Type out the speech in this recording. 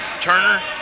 Turner